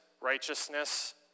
righteousness